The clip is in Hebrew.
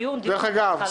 דיון, דיון אני רוצה.